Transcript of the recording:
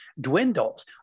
dwindles